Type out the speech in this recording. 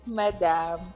madam